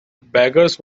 beggars